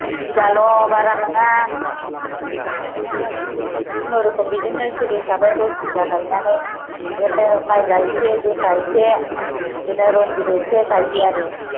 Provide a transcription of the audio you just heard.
दस बिगाल' बारा नङा बिदिनो खुनुरुखुम बेजोंनो सोलि साबो दस बिगा गाइनानै बिदिनो माइब्रा एसे जोसा एसे बिदिनो रनजिद एसे गायो आरो